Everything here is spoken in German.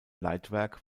leitwerk